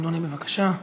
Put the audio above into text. אדוני, בבקשה.